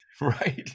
Right